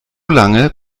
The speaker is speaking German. lange